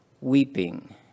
weeping